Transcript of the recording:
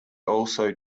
also